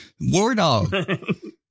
Wardog